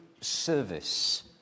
service